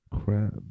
Crab